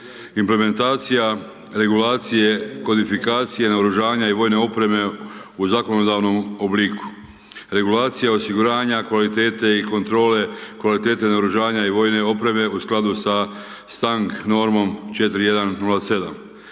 Implementacija regulacije kodifikacije naoružanja i vojne opreme u zakonodavnom obliku. Regulacija osiguranja kvalitete i kontrole kvalitete naoružanja vojne opreme u skladu sa STANAG normom 4107.